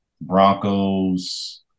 Broncos